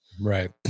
Right